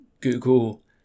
Google